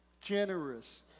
generous